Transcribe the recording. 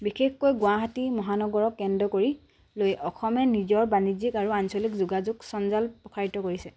বিশেষকৈ গুৱাহাটী মহানগৰক কেন্দ্ৰ কৰি অসমে নিজৰ বাণিজ্যিক আৰু আঞ্চলিক যোগাযোগ সঞ্জাল প্ৰসাৰিত কৰিছে